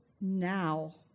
now